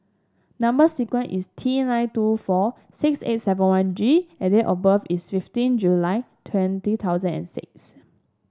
number sequence is T nine two four six eight seven one G and date of birth is fifteen July two thousand and six